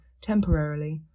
temporarily